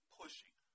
pushing